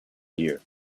hear